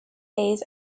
days